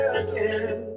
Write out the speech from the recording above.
again